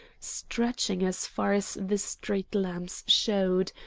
stretching as far as the street-lamps showed,